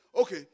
Okay